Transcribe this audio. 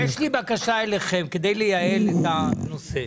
יש לי בקשה אליכם, כדי לייעל את הנושא.